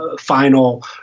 final